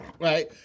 right